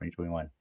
2021